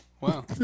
Wow